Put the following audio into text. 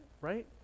right